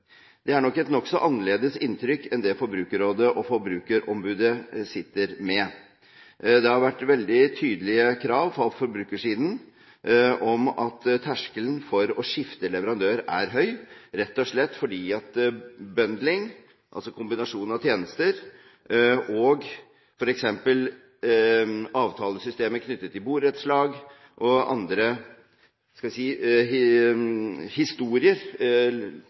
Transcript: Det er nok et nokså annerledes inntrykk enn det Forbrukerrådet og Forbrukerombudet sitter med. Det har vært veldig tydelige krav på forbrukersiden om at terskelen for å skifte leverandør er høy, rett og slett fordi «bundling», altså kombinasjonen av tjenester og f.eks. avtalesystemet knyttet til borettslag og andre